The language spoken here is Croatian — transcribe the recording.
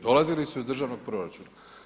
Dolazili su iz državnog proračuna.